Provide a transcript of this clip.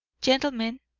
gentlemen,